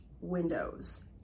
windows